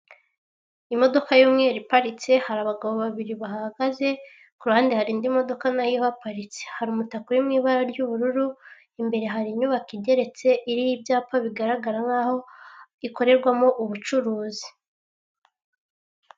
Imodoka y'umweru iparitse, hari abagabo babiri bahahagaze, ku ruhande hari indi modoka nayo ihaparitse, hari umutaka uri mu ibara ry'ubururu, imbere hari inyubako igeretse iriho ibyapa bigaragara nkaho ikorerwamo ubucuruzi.